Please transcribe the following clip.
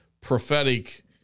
prophetic